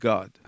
God